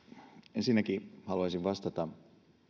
ensinnäkin haluaisin vastata